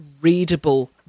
readable